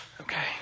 Okay